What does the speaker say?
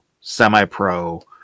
semi-pro